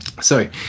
sorry